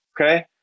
okay